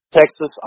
Texas